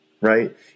right